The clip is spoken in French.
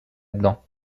dedans